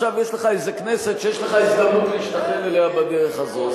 עכשיו יש לך איזה כנסת שיש לך הזדמנות להשתחל אליה בדרך הזאת.